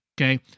Okay